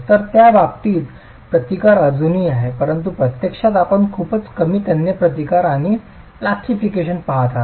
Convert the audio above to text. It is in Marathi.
तर त्या बाबतीत प्रतिकार अजूनही आहे परंतु प्रत्यक्षात आपण खूपच कमी तन्य प्रतिकार आणि प्लास्टीफिकेशन पाहत आहात